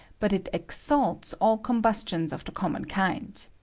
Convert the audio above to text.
but it exalts all com bustions of the common kind.